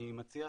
אני מציע,